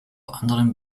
anderen